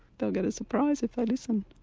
they'll get a surprise if they listen.